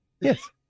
yes